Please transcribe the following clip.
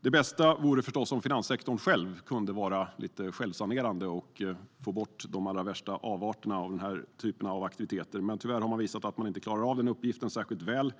Det bästa vore förstås om finanssektorn själv kunde vara lite självsanerande och få bort de allra värsta avarterna av den här typen av aktiviteter, men tyvärr har man visat att man inte klarar av den uppgiften särskilt väl.